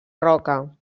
roca